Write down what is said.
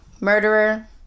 murderer